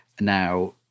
Now